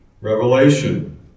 revelation